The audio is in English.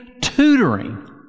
tutoring